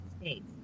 States